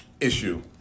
issue